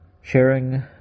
sharing